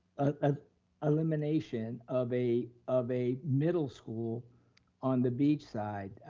ah elimination of a of a middle school on the beach side,